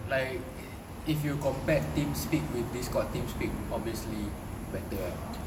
like if you compared team speak with discord team speak obviously better ah